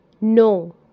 No